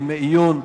ימי עיון,